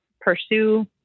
pursue